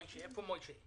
משה.